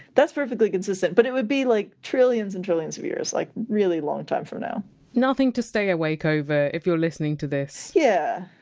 that's perfectly consistent. but it would be like trillions and trillions of years, like really long time from now nothing to stay awake over, if you're listening to this yeah